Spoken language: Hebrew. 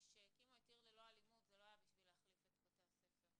כשהקימו את עיר ללא אלימות זה לא היה בשביל להחליף את בתי הספר,